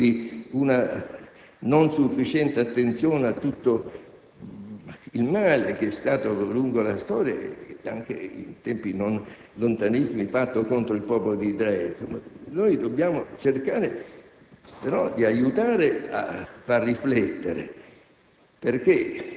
frutto di una non sufficiente attenzione a tutto il male che è stato fatto lungo la storia, anche in tempi non lontanissimi, contro il popolo di Israele. Dobbiamo cercare, però, di aiutare a far riflettere.